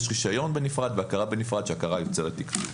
יש רישיון בנפרד והכרה בנפרד שהכרה יוצאת תקצוב.